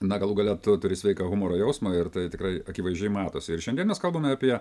na galų gale tu turi sveiką humoro jausmą ir tai tikrai akivaizdžiai matosi ir šiandien mes kalbame apie